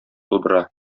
тудыра